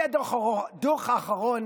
משה ארבל, ואחריו,